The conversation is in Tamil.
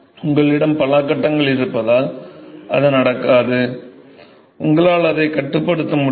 உங்களிடம் பல கட்டங்கள் இருப்பதால் அது நடக்காது உங்களால் அதைக் கட்டுப்படுத்த முடியாது